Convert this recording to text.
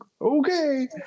Okay